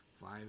five